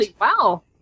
Wow